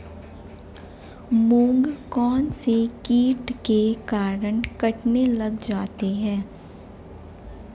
मूंग कौनसे कीट के कारण कटने लग जाते हैं?